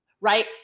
Right